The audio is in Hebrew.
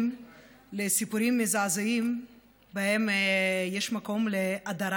לסיפורים מזעזעים שבהם יש משום הדרה